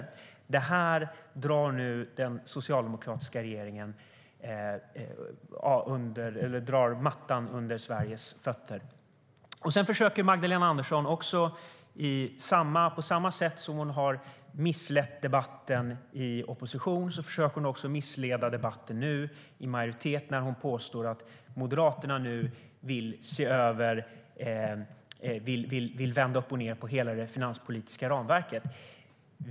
I den frågan drar nu den socialdemokratiska regeringen undan mattan för Sverige.På samma sätt som Magdalena Andersson har försökt missleda oss i opposition försöker hon nu missleda oss i majoritet när hon påstår att Moderaterna vill vända upp och ned på hela det finanspolitiska ramverket.